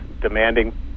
demanding